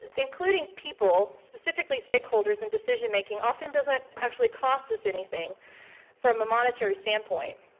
including people, specifically stakeholders in decision making often doesn't actually cost us anything from a monetary standpoint.